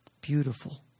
Beautiful